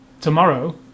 tomorrow